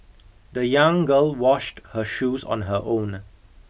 the young girl washed her shoes on her own